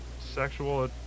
sexual